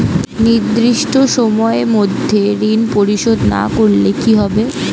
নির্দিষ্ট সময়ে মধ্যে ঋণ পরিশোধ না করলে কি হবে?